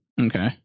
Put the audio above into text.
Okay